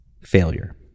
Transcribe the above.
failure